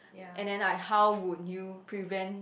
and then like how would prevent